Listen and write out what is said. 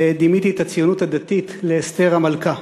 ודימיתי את הציונות הדתית לאסתר המלכה,